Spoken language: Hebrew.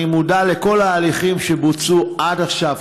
אני מודע לכל ההליכים שבוצעו עד עכשיו,